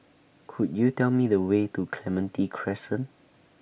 Could YOU Tell Me The Way to Clementi Crescent